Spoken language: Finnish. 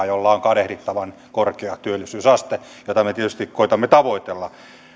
jolla on kadehdittavan korkea työllisyysaste jota me tietysti koetamme tavoitella